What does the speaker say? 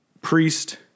priest